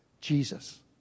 Jesus